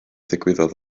ddigwyddodd